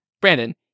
Brandon